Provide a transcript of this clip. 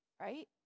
right